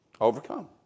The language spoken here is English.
Overcome